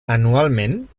anualment